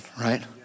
right